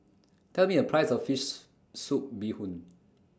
Tell Me The Price of Fish Soup Bee Hoon